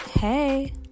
Hey